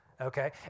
okay